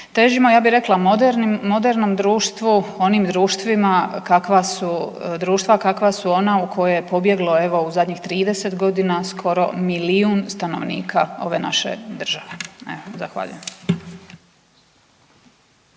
Težimo, ja bih rekla, modernom društvu, onim društvima kakva su društva, kakva su ona u koje je pobjeglo, evo, u zadnjih 30 godina, skoro milijun stanovnika ove naše države. Evo, zahvaljujem.